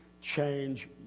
change